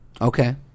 Okay